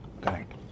Correct